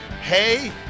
hey